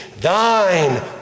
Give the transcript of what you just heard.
Thine